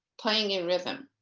playing in rhythm.